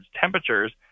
temperatures